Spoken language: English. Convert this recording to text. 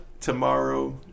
tomorrow